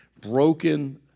broken